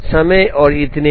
समय और इतने पर